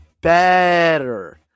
better